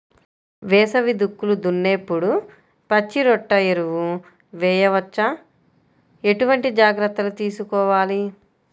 వేసవి దుక్కులు దున్నేప్పుడు పచ్చిరొట్ట ఎరువు వేయవచ్చా? ఎటువంటి జాగ్రత్తలు తీసుకోవాలి?